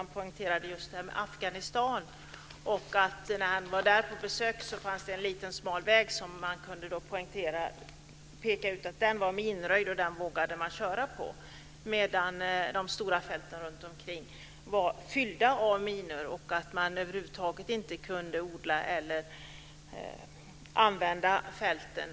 Han poängterade hur det var när han besökte Afghanistan. Där var en smal väg som var minröjd och som man vågade köra på. De stora fälten runtomkring var fyllda av minor, och det gick över huvud taget inte att odla eller använda fälten.